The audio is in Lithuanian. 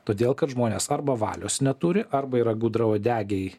todėl kad žmonės arba valios neturi arba yra gudravadegiai